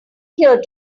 here